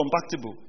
compatible